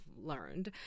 learned